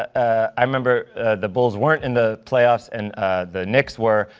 i remember the bulls weren't in the playoffs. and the knicks were.